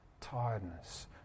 tiredness